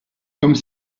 comme